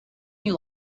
you